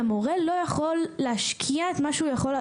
מורה לא יכול להשקיע את מה שהוא יכול,